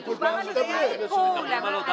הם